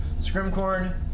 Scrimcorn